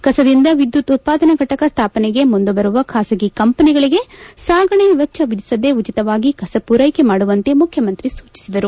ಕಸದಿಂದ ವಿದ್ಯುತ್ ಉತ್ಪಾದನಾ ಫಟಕ ಸ್ವಾಪನೆಗೆ ಮುಂದೆ ಬರುವ ಖಾಸಗಿ ಕಂಪನಿಗಳಿಗೆ ಸಾಗಣೆ ವೆಚ್ಚ ವಿಧಿಸದೆ ಉಚಿತವಾಗಿ ಕಸ ಪೂರ್ಟಕೆ ಮಾಡುವಂತೆ ಮುಖ್ಯಮಂತ್ರಿ ಸೂಚಿಸಿದರು